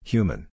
Human